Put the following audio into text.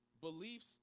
beliefs